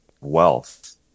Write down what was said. wealth